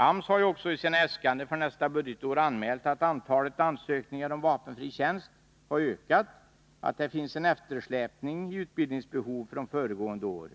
AMS har också i sina äskanden för nästa budgetår anmält att antalet ansökningar om vapenfri tjänst har ökat och att det finns en eftersläpning i utbildningsbehov från föregående år.